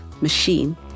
machine